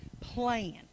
plan